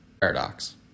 Paradox